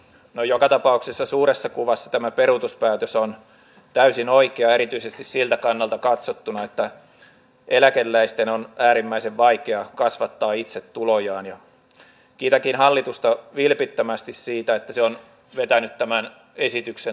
no joka tapauksessa suuressa kuvassa tämä peruutuspäätös on täysin oikea erityisesti siltä kannalta katsottuna että eläkeläisten on äärimmäisen vaikea kasvattaa itse tulojaaniä gidekin hallitusta vilpittömästi siitä että se on vetänyt tämän esityksen